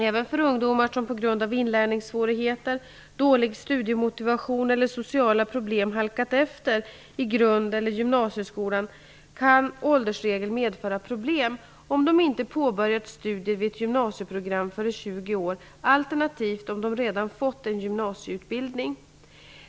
Även för ungdomar som på grund av inlärningssvårigheter, dålig studiemotivation eller sociala problem halkat efter i grund eller gymnasieskolan kan åldersregeln medföra problem, om de inte påbörjat studier vid ett gymnasieprogram före 20 år, alternativt om de redan fått en gymnasieutbildning.